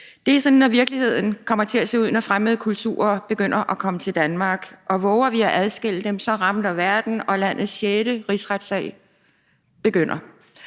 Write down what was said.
Det er sådan, virkeligheden kommer til at se ud, når fremmede kulturer begynder at komme til Danmark, og vover vi at adskille ægtefællerne, ramler verden, og landets sjette rigsretssag begynder.